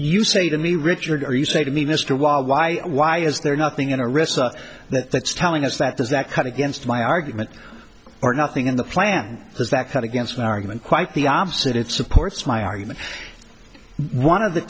you say to me richard are you say to me mr wall why why is there nothing in a risk that that's telling us that does that cut against my argument or nothing in the plan is that kind of gets my argument quite the opposite it supports my argument one of the